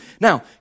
Now